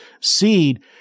seed